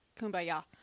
kumbaya